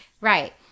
Right